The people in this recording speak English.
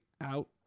out